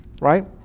right